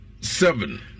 seven